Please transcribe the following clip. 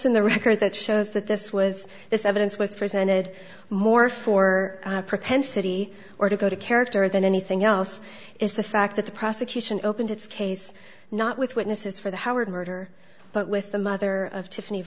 in the record that shows that this was this evidence was presented more for propensity or to go to character than anything else is the fact that the prosecution opened its case not with witnesses for the howard murder but with the mother of tiffany